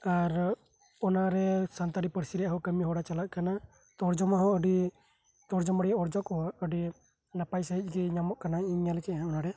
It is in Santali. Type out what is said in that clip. ᱟᱨ ᱚᱱᱟᱨᱮ ᱥᱟᱱᱛᱟᱞᱤ ᱯᱟᱨᱥᱤ ᱨᱮᱭᱟᱜ ᱦᱚᱸ ᱠᱟᱹᱢᱤ ᱦᱚᱨᱟ ᱪᱟᱞᱟᱜ ᱠᱟᱱᱟ ᱛᱚᱨᱡᱚᱢᱟ ᱨᱮᱭᱟᱜ ᱚᱨᱡᱚ ᱠᱚᱦᱚᱸ ᱟᱹᱰᱤ ᱱᱟᱯᱟᱭ ᱥᱟᱺᱦᱤᱡ ᱜᱮ ᱧᱟᱢᱚᱜ ᱠᱟᱱᱟ ᱤᱧ ᱧᱮᱞ ᱠᱮᱜ ᱟᱹᱧ ᱚᱱᱟ ᱨᱮ